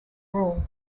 role